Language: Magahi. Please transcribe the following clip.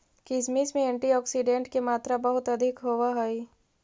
किशमिश में एंटीऑक्सीडेंट के मात्रा बहुत अधिक होवऽ हइ